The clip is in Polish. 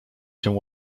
się